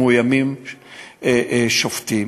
מאוימים שופטים,